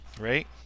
right